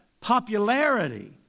popularity